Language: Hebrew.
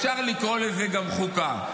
אפשר לקרוא לזה גם חוקה.